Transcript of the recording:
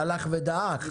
שהלכה ודעכה,